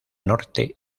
norte